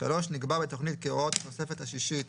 (3)נקבע בתכנית כי הוראות התוספת השישית